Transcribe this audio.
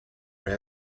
with